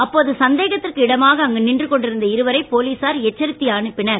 அப்போது சந்தேகத்திற்கு இடமாக அங்கு நின்று கொண்டிருந்த இருவரை போலீசார் எச்சரித்து அனுப்பினர்